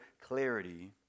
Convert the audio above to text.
clarity